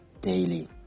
daily